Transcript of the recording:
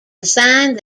assigned